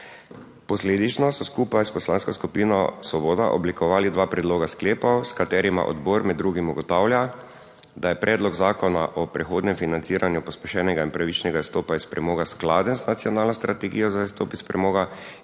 Posledično so skupaj s Poslansko skupino Svoboda oblikovali dva predloga sklepov, s katerima odbor med drugim ugotavlja, da je predlog zakona o prehodnem financiranju pospešenega in pravičnega izstopa iz premoga skladen z nacionalno strategijo za izstop iz premoga in